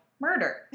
murder